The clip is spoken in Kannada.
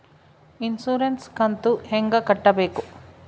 ಇನ್ಸುರೆನ್ಸ್ ಕಂತು ಹೆಂಗ ಕಟ್ಟಬೇಕು?